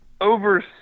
over